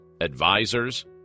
advisors